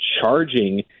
charging